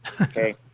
Okay